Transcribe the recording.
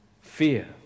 fear